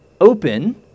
open